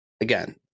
again